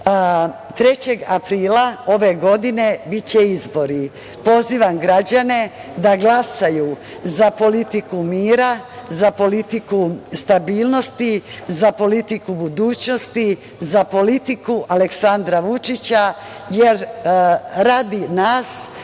3. aprila biće izbori. Pozivam građane da glasaju za politiku mira, za politiku stabilnosti, za politiku budućnosti, za politiku Aleksandra Vučića, radi nas,